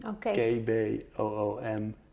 K-B-O-O-M